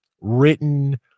written